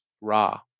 Ra